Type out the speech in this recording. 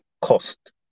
cost